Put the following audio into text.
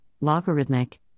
logarithmic